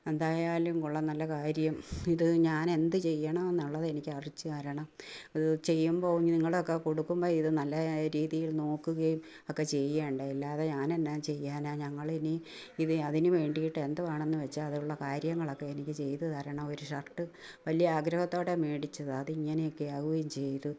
എന്തായാലും കൊള്ളാം നല്ല കാര്യം ഇത് ഞാൻ എന്ത് ചെയ്യണമെന്നുള്ളത് എനിക്ക് അറിയിച്ചു തരണം അത് ചെയ്യുമ്പോൾ ഇനി നിങ്ങളൊക്കെ കൊടുക്കുമ്പോൾ ഇത് നല്ല രീതിയിൽ നോക്കുകേം ഒക്കെ ചെയ്യണ്ടേ അല്ലാതെ ഞാനെന്നാ ചെയ്യാനാ ഞങ്ങളിനി ഇതി അതിനു വേണ്ടിയിട്ട് എന്തുവാണെന്ന് വെച്ചാൽ അതിനുള്ള കാര്യങ്ങളൊക്കെ എനിക്ക് ചെയ്തു തരണം ഒരു ഷർട്ട് വലിയ ആഗ്രഹത്തോടെ മേടിച്ചതാണ് അത് ഇങ്ങനെയൊക്കെ ആകുകേം ചെയ്തു